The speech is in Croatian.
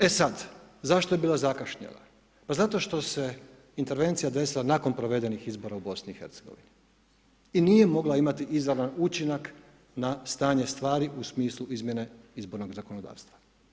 E sad, zašto je bila zakašnjela, pa zato što se intervencija desila nakon provedenih izbora u BiH i nije mogla imati izravan učinak na stanje stvari u smislu izmjene izbornog zakonodavstva.